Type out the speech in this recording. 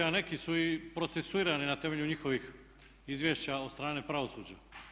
A neki su i procesuirani na temelju njihovih izvješća od strane pravosuđa.